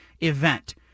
event